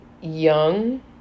Young